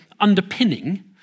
underpinning